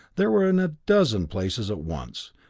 they were in a dozen places at once,